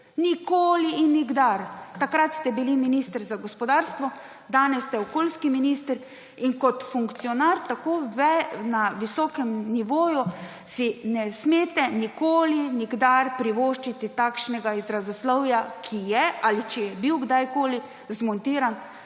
nikoli in nikdar. Takrat ste bili minister za gospodarstvo, danes ste okoljski minister in kot funkcionar na tako visokem nivoju si ne smete nikoli in nikdar privoščiti takšnega izrazoslovja, ki je ali če je bil kdajkoli zmontiran,